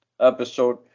episode